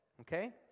Okay